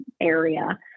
area